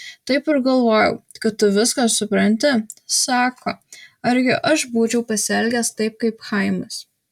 taip ir galvojau kad tu viską supranti sako argi aš būčiau pasielgęs taip kaip chaimas